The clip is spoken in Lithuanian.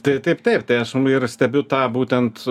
tai taip taip tai aš ir stebiu tą būtent